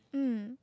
mm